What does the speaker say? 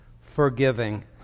forgiving